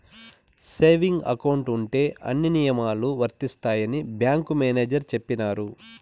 saving account ఉంటే అన్ని నియమాలు వర్తిస్తాయని బ్యాంకు మేనేజర్ చెప్పినారు